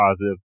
positive